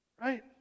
Right